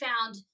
found